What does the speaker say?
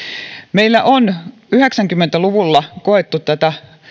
meillä on yhdeksänkymmentä luvulla koettu tätä